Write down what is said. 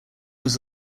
was